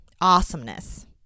awesomeness